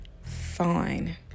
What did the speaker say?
fine